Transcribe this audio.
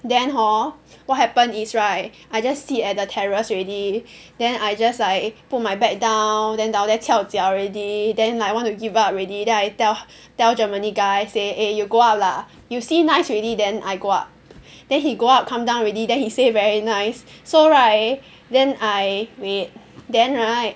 then hor what happened is right I just sit at the terrace already then I just like put my bag down then down there 翘脚 already then like want to give up already then I tell tell Germany guy say eh you go up lah you see nice already then I go up then he go up come down already then he said very nice so right then I wait then right